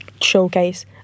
Showcase